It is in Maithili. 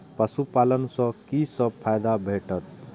पशु पालन सँ कि सब फायदा भेटत?